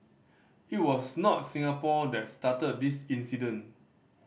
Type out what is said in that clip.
it was not Singapore that started this incident